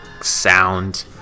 sound